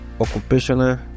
occupational